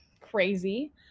Crazy